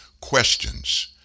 questions